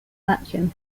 action